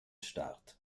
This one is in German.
start